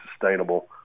sustainable